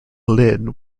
lid